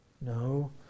No